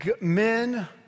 men